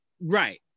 Right